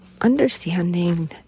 understanding